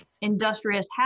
Industrious